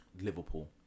Liverpool